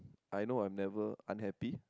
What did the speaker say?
I know I never unhappy